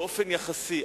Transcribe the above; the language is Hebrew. באופן יחסי,